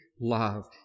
love